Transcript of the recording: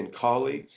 colleagues